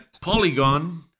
Polygon